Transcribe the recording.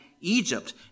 Egypt